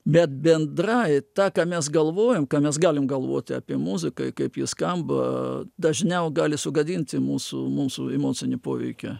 bet bendrai ta ką mes galvojam ką mes galim galvoti apie muziką kaip ji skamba dažniau gali sugadinti mūsų mūsų emocinį poveikį